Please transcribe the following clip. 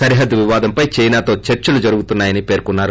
సరిహద్దు వివాదంపై చైనాతో చర్చలు జరుగుతున్నాయని చెప్పారు